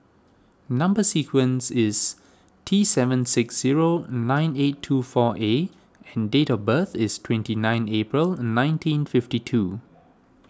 Number Sequence is T seven six zero nine eight two four A and date of birth is twenty nine April nineteen fifty two